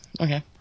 okay